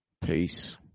Peace